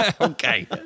Okay